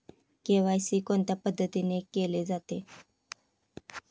KYC कोणत्या पद्धतीने केले जाते?